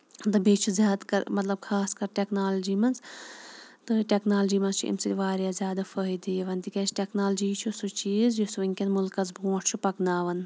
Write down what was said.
تہٕ بیٚیہِ چھِ زیادٕ کَر مطلب خاص کَر ٹٮ۪کنالجی منٛز تہٕ ٹٮ۪کنالجی منٛز چھِ اَمہِ سۭتۍ واریاہ زیادٕ فٲیدٕ یِوان تِکیٛازِ ٹٮ۪کنالجی چھُ سُہ چیٖز یُس وٕنۍکٮ۪ن مُلکَس برٛونٛٹھ چھُ پَکناوان